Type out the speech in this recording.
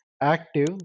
active